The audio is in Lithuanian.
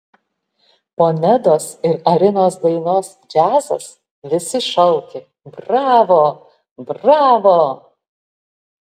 po nedos ir arinos dainos džiazas visi šaukė bravo bravo